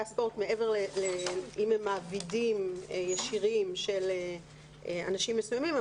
הספורט מעבר למעבידים ישירים של אנשים מסוימים.